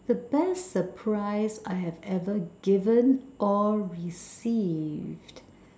the best surprise I have ever given or received